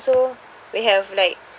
so we have like